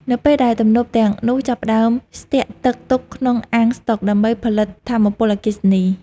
នៅពេលដែលទំនប់ទាំងនោះចាប់ផ្តើមស្ទាក់ទឹកទុកក្នុងអាងស្តុកដើម្បីផលិតថាមពលអគ្គិសនី។